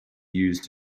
used